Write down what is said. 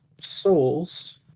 souls